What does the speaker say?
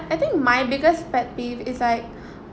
I think my biggest pet peeve is like